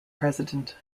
president